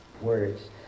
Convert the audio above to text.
words